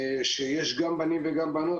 כשיש גם בנות וגם בנים,